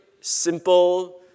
simple